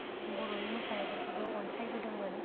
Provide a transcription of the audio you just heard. बर'नि मोसानायफोरखौबो अनसायबोदोंमोन